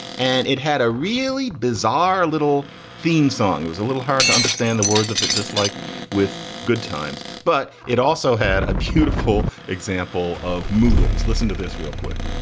and it had a really bizarre little theme song was a little hard to understand the words of it, just like with good times. but it also had a beautiful example of moodley. listen to this real quick